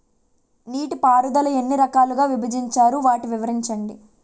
నీటిపారుదల ఎన్ని రకాలుగా విభజించారు? వాటి వివరించండి?